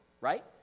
right